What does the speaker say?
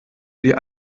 die